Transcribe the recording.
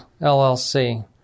LLC